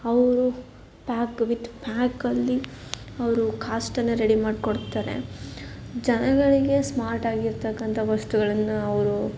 ಅವರು pack with ಪ್ಯಾಕಲ್ಲಿ ಅವರು ಕಾಸ್ಟನ್ನು ರೆಡಿ ಮಾಡಿಕೊಡ್ತಾರೆ ಜನಗಳಿಗೆ ಸ್ಮಾರ್ಟಾಗಿರತಕ್ಕಂಥ ವಸ್ತುಗಳನ್ನು ಅವರು